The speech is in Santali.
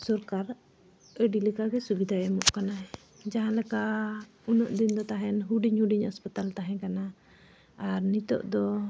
ᱥᱚᱨᱠᱟᱨ ᱟᱹᱰᱤ ᱞᱮᱠᱟᱜᱮ ᱥᱩᱵᱤᱫᱷᱟ ᱮᱢᱚᱜ ᱠᱟᱱᱟ ᱡᱟᱦᱟᱸ ᱞᱮᱠᱟ ᱩᱱᱟᱹᱜ ᱫᱤᱱ ᱫᱚ ᱛᱟᱦᱮᱱ ᱦᱩᱰᱤᱧ ᱦᱩᱰᱤᱧ ᱦᱟᱥᱯᱟᱛᱟᱞ ᱛᱟᱦᱮᱸ ᱠᱟᱱᱟ ᱟᱨ ᱱᱤᱛᱚᱜ ᱫᱚ